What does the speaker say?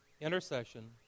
Intercession